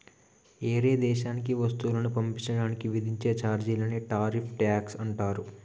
ఏరే దేశానికి వస్తువులను పంపించడానికి విధించే చార్జీలనే టారిఫ్ ట్యాక్స్ అంటారు